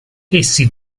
essi